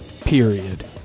Period